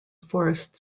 forest